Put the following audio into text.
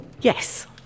Yes